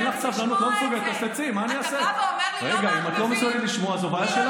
אין לך סבלנות, לא מסוגלת, אז תצאי, מה אני אעשה?